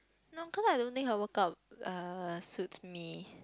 no cause I don't think her workout uh suits me